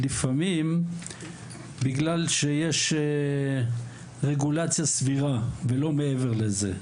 לפעמים בגלל שיש רגולציה סבירה ולא מעבר לזה,